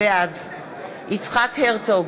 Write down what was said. בעד יצחק הרצוג,